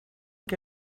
que